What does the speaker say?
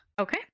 Okay